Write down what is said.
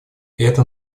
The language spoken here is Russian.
это